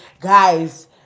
Guys